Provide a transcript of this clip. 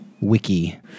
wiki